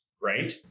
right